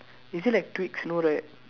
is it like twigs no right